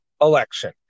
election